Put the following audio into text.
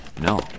No